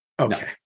Okay